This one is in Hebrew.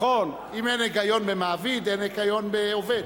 אם אין היגיון ב"מעביד", אין היגיון ב"עובד".